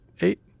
eight